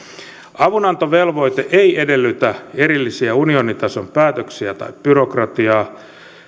avunantovelvoite ei edellytä erillisiä unionitason päätöksiä tai byrokratiaa